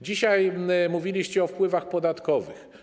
Dzisiaj mówiliście o wpływach podatkowych.